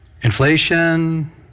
Inflation